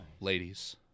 ladies